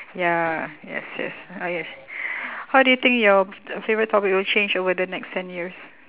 ya yes yes uh yes how do you think your favourite topic will change over the next ten years